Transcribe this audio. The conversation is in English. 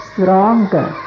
stronger